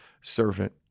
servant